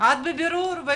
את בבירור.